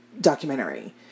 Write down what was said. documentary